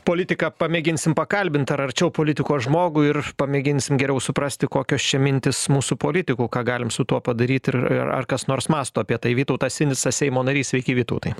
politiką pamėginsim pakalbint ar arčiau politikos žmogų ir pamėginsim geriau suprasti kokios čia mintys mūsų politikų ką galim su tuo padaryt ir ir ar kas nors mąsto apie tai vytautą sinicą seimo narys sveiki vytautai